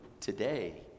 today